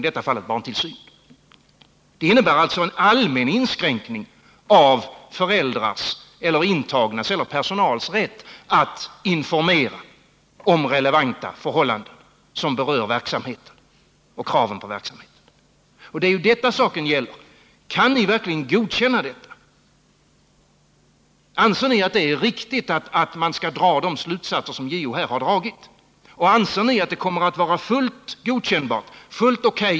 Det innebär alltså en allmän inskränkning av föräldrars eller intagnas eller personals rätt att informera om relevanta förhållanden som berör den ifrågavarande verksamheten och om kraven på verksamheten. Det är detta saken gäller. Kan ni verkligen godkänna detta? Anser ni att det är riktigt att man drar de slutsatser som JO här har dragit? Anser ni att det kommer att vara fullt godtagbart, fullt O.K.